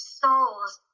soul's